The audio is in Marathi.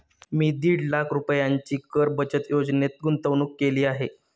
मी दीड लाख रुपयांची कर बचत योजनेत गुंतवणूक केली आहे